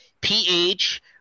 ph